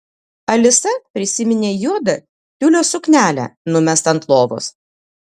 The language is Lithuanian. alisa prisiminė juodą tiulio suknelę numestą ant lovos